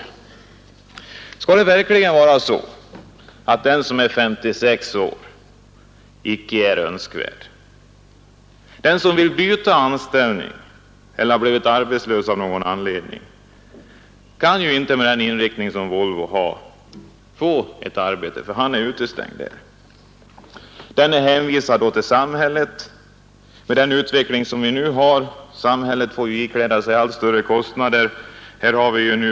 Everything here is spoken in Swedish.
Skall det verkligen vara så att den som är 56 år icke är önskvärd? Den som vill byta anställning eller har blivit arbetslös kan ju inte med den inriktning som Volvo har få ett arbete — han är utestängd. Han är hänvisad till samhället. Med den utveckling vi nu har får samhället ikläda sig allt större kostnader.